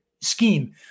scheme